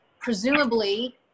Presumably